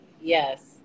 yes